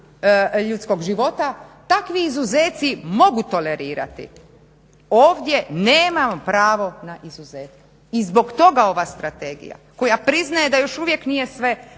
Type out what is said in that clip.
ljudskog života takvi izuzeci mogu tolerirati ovdje nemamo pravo na izuzetak i zbog toga ova strategija koja priznaje da još uvijek nije sve